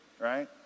right